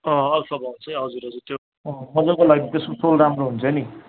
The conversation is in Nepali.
अँ अल्फाबाउन्सै हजुर हजुर त्यो अँ मज्जाको लाग्छ त्यसको सोल राम्रो हुन्छ नि